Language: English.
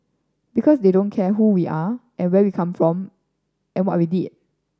because they don't care who we are and where we are come from and what we did